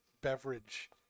beverage